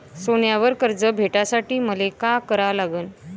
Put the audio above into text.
सोन्यावर कर्ज भेटासाठी मले का करा लागन?